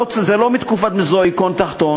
זה לא מתקופת מזוזואיקון תחתון,